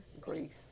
Greece